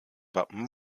wappen